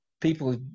people